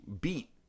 beat